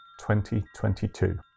2022